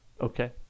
Okay